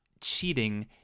cheating